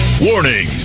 Warning